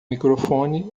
microfone